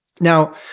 Now